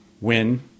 win